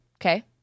Okay